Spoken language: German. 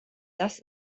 das